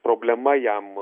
problema jam